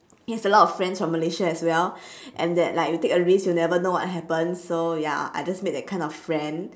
he has a lot of friends from malaysia as well and that like you take a risk you never know what would happen so ya I just made that kind of friend